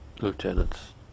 lieutenants